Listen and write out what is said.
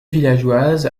villageoise